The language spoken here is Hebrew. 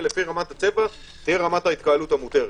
ולפי רמת הצבע תהיה רמת ההתקלות המותרת.